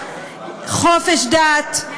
חופש דת,